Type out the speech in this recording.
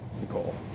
Nicole